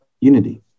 unity